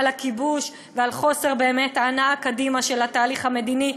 על הכיבוש ועל חוסר ההנעה קדימה באמת של התהליך המדיני,